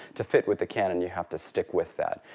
to fit with the cannon you have to stick with that.